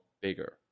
bigger